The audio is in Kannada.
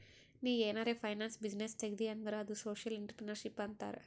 ನೀ ಏನಾರೆ ಫೈನಾನ್ಸ್ ಬಿಸಿನ್ನೆಸ್ ತೆಗ್ದಿ ಅಂದುರ್ ಅದು ಸೋಶಿಯಲ್ ಇಂಟ್ರಪ್ರಿನರ್ಶಿಪ್ ಅಂತಾರ್